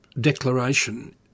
Declaration